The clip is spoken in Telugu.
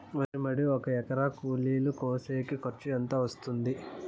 వరి మడి ఒక ఎకరా కూలీలు కోసేకి ఖర్చు ఎంత వస్తుంది?